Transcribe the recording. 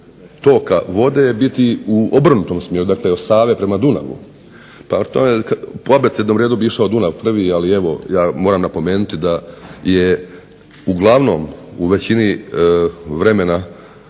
toka vode biti u obrnutom smjeru, dakle od Save prema Dunavu, po abecednom redu bi išao Dunav prvi, ali evo ja moram napomenuti da je uglavnom u većini vremena,